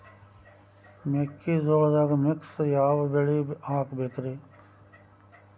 ಮೆಕ್ಕಿಜೋಳದಾಗಾ ಮಿಕ್ಸ್ ಯಾವ ಬೆಳಿ ಹಾಕಬೇಕ್ರಿ?